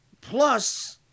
Plus